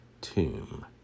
Tomb